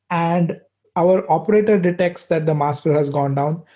and our operator detects that the master has gone down.